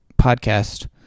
podcast